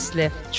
left